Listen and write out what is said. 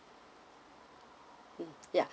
mm ya